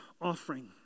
offering